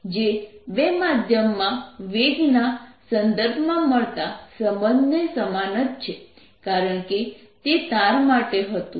જે બે માધ્યમમાં વેગ ના સંદર્ભમાં મળતા સંબંધને સમાન જ છે કારણકે તે તાર માટે હતું